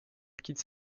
quitte